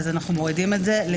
ואנחנו מורידים את זה גם כאן.